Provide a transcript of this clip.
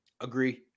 Agree